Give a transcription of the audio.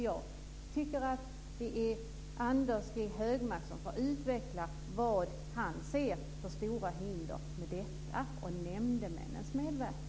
Jag tycker att Anders G Högmark får utveckla vad han ser som det stora hindret i detta för nämndemännens medverkan.